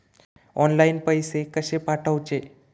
Online पैसे कशे पाठवचे?